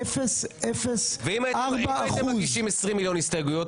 0.004%. ואם הייתם מגישים 20 מיליון הסתייגויות,